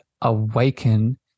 awaken